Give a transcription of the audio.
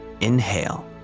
Inhale